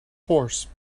horse